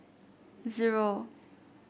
zero